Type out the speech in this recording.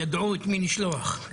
ידעו את מי לשלוח.